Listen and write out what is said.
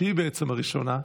שהיא בעצם הראשונה.